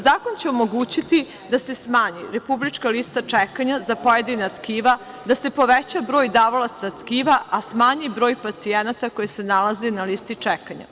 Zakon će omogućiti da se smanji republička lista čekanja za pojedina tkiva, da se poveća broj davalaca tkiva, a smanji broj pacijenata koji se nalaze na listi čekanja.